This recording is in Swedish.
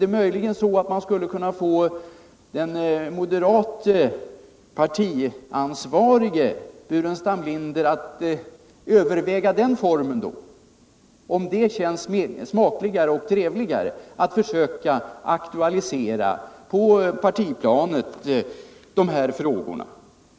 Är det möjligen så att man skulle kunna få den moderate partiansvarige Staffan Burenstam Linder att överväga den formen, om det känns smakligare och trevligare att aktualisera de här frågorna på partiplanet?